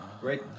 Great